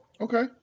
Okay